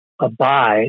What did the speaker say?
Abide